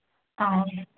okay